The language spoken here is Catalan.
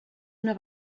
una